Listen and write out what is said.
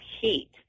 heat